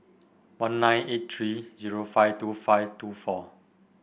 one nine eight three zero five two five two four